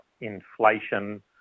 inflation